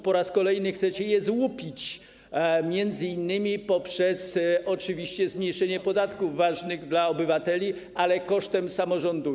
Po raz kolejny chcecie je złupić m.in. poprzez zmniejszenie podatków ważnych dla obywateli, ale kosztem samorządu.